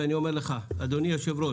ואני אומר לך, אדוני היושב-ראש,